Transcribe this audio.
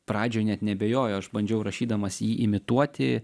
pradžioj net neabejoju aš bandžiau rašydamas jį imituoti